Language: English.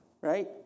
right